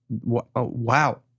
Wow